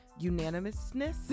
unanimousness